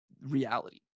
reality